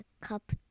cup